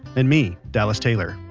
and me, dallas taylor.